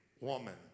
woman